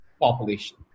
population